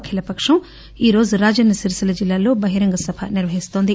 అఖిలపక్షం ఈరోజు రాజన్న సిరిసిల్ల జిల్లాలో బహిరంగ సభ నిర్వహిస్తోంది